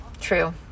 True